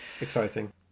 exciting